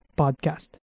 podcast